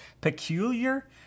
Peculiar